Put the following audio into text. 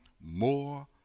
more